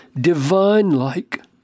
divine-like